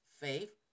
faith